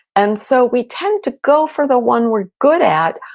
and so we tend to go for the one we're good at,